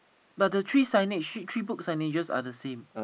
but the three signage three three book signages are the same